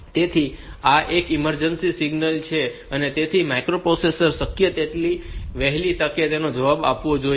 તો આ એક ઇમરજન્સી સિગ્નલ છે અને તેથી માઇક્રોપ્રોસેસરે શક્ય તેટલી વહેલી તકે તેનો જવાબ આપવો જોઈએ